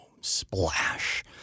Splash